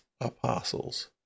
apostles